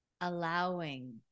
allowing